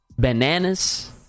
bananas